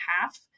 half